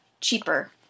cheaper